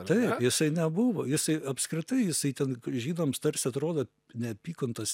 taip jisai nebuvo jisai apskritai jisai ten žydams tarsi atrodo neapykantos